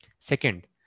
second